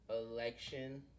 election